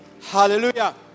Hallelujah